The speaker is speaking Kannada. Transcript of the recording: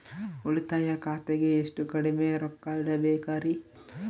ಉಳಿತಾಯ ಖಾತೆಗೆ ಎಷ್ಟು ಕಡಿಮೆ ರೊಕ್ಕ ಇಡಬೇಕರಿ?